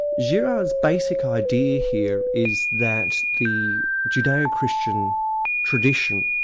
girard's basic idea here is that the judaeo-christian tradition,